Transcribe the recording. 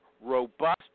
robust